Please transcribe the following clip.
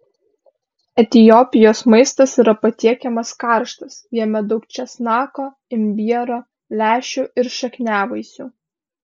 etiopijos maistas yra patiekiamas karštas jame daug česnako imbiero lęšių ir šakniavaisių